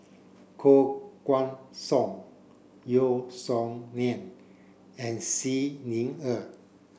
Koh Guan Song Yeo Song Nian and Xi Ni Er